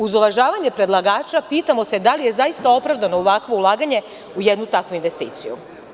Uz uvažavanje predlagača, pitamo se da li je zaista opravdano ovakvo ulaganje u jednu takvu takvu investiciju?